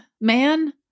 man